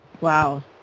Wow